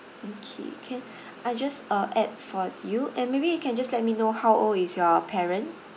okay can I just uh add for you and maybe you can just let me know how old is your parent